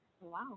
Wow